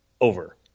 over